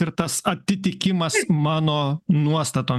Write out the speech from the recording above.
ir tas atitikimas mano nuostatom